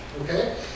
Okay